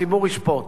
שהציבור ישפוט.